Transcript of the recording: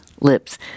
lips